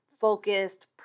focused